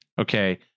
Okay